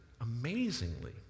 amazingly